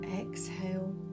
exhale